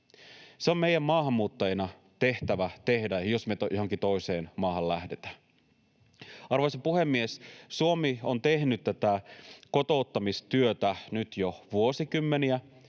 Se on maahanmuuttajina meidän tehtävä tehdä, jos me johonkin toiseen maahan lähdetään. Arvoisa puhemies! Suomi on tehnyt tätä kotouttamistyötä nyt jo vuosikymmeniä.